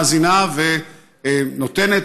מאזינה ונותנת,